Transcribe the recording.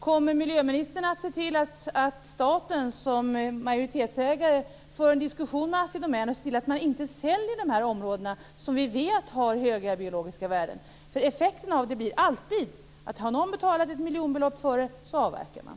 Kommer miljöministern att se till att staten som majoritetsägare för en diskussion med Assi Domän och ser till att man inte säljer de här områdena, som vi vet har höga biologiska värden? Effekten blir alltid att om någon har betalat ett miljonbelopp, så avverkar man.